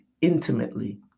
intimately